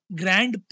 grand